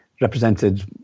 represented